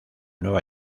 nueva